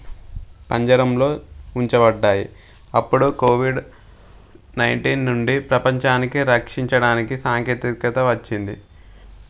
పంజరంలో ఉంచబడ్డాయి అప్పుడు COVID nineteen నుండి ప్రపంచానికి రక్షించడానికి సాంకేతికత వచ్చింది